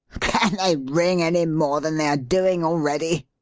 can they ring any more than they are doing already?